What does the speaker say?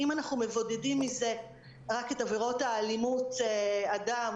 אם אנחנו מבודדים מזה רק את עבירות אלימות אדם,